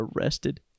arrested